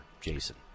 Jason